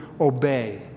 obey